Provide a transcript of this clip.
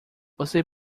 você